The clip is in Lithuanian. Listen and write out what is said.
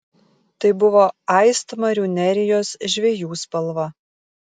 tai buvo aistmarių nerijos žvejų spalva